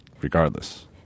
regardless